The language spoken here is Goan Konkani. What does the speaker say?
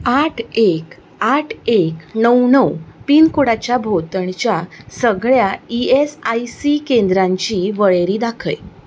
आठ एक आठ एक णव णव पिनकोडाच्या भोंवतणच्या सगळ्या ईएसआयसी केंद्रांची वळेरी दाखय